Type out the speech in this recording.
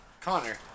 Connor